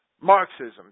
Marxism